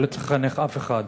ולא צריך לחנך אף אחד,